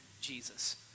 Jesus